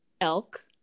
elk